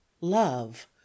love